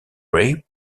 ray